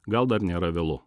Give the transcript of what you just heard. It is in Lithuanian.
gal dar nėra vėlu